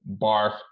barf